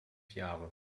jahre